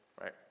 right